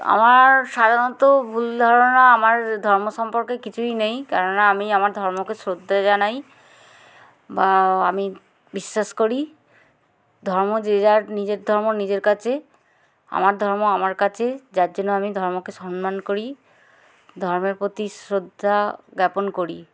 আমার সাধারণত ভুল ধারণা আমার ধর্ম সম্পর্কে কিছুই নেই কেননা আমি আমার ধর্মকে শ্রদ্ধা জানাই বা আমি বিশ্বাস করি ধর্ম যে যার নিজের ধর্ম নিজের কাছে আমার ধর্ম আমার কাছে যার জন্য আমি ধর্মকে সম্মান করি ধর্মের প্রতি শ্রদ্ধা জ্ঞাপন করি